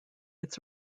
its